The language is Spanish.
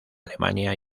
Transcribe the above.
alemania